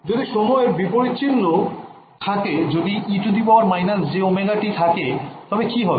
যদি সময়ের বিপরীত চিহ্ন থাকে যদি e−jωt থাকে তবে কি হবে